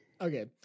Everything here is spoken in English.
Okay